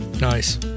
Nice